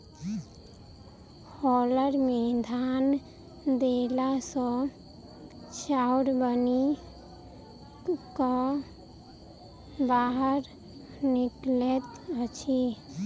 hauler मे धान देला सॅ चाउर बनि क बाहर निकलैत अछि